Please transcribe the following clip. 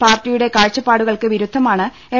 പാർട്ടിയുടെ കാഴ്ചപ്പാടുകൾക്ക് വിരുദ്ധമാണ് എം